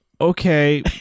okay